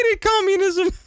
communism